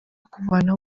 kuvanaho